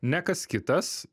ne kas kitas